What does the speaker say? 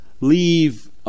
leave